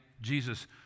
Jesus